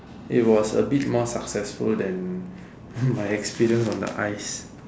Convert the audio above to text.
it was a bit more successful then my experience on the ice